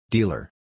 Dealer